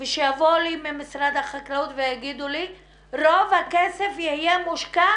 ושיבואו לי ממשרד החקלאות ויגידו לי שרוב הכסף יהיה מושקע